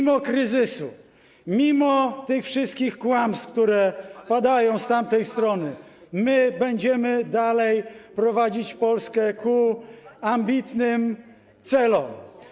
mimo kryzysu, mimo tych wszystkich kłamstw, które padają z tamtej strony, my będziemy dalej prowadzić Polskę ku ambitnym celom.